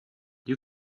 you